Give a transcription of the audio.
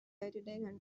everyday